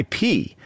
IP